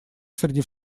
среди